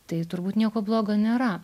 tai turbūt nieko blogo nėra